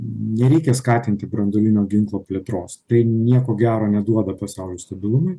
nereikia skatinti branduolinio ginklo plėtros tai nieko gero neduoda pasaulio stabilumui